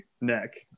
neck